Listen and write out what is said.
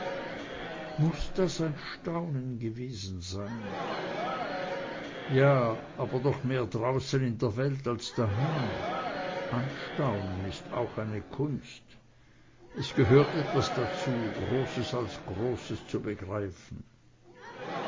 muß das ein staunen gewesen sein ja aber doch mehr draußen in der welt als da heim anstaunen ist auch eine kunst es gehört etwas dazu großes als groß zu begreifen